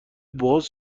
باز